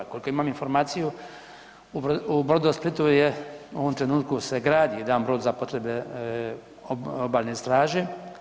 Koliko imam informaciju u Brodosplitu u ovom trenutku se gradi jedan brod za potrebe Obalne straže.